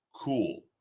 Cool